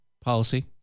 policy